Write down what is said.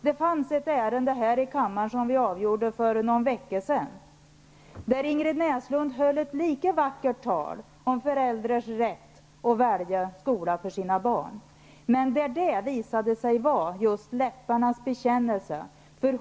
Det fanns ett ärende här i kammaren som vi avgjorde för någon vecka sedan där Ingrid Näslund höll ett lika vackert tal om föräldrars rätt att välja skola för sina barn. Men det visade sig vara just läpparnas bekännelse.